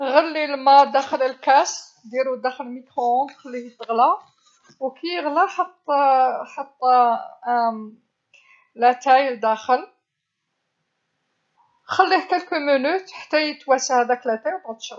﻿غلي الما داخل الكاس، نديرو داخل الميكروويف نخليه يتغلى وكي يغلى حط حط لاتاي الداخل، خليه بضع دقائق حتى يتواسى هذاك لاتاي وبعد شربو.